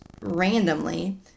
randomly